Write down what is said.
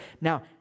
Now